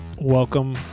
welcome